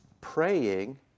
praying